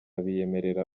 biyemerera